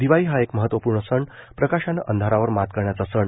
दिवाळी हा एक महत्त्वपूर्ण सण प्रकाशानं अंधारावर मात करण्याचा सण